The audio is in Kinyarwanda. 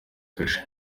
kashe